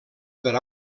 per